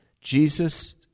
jesus